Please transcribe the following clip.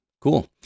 cool